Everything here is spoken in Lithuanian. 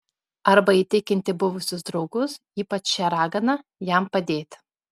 arba įtikinti buvusius draugus ypač šią raganą jam padėti